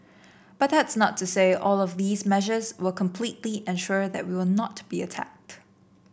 but that's not to say all of these measures will completely ensure that we will not be attacked